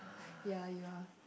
ya you are